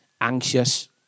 anxious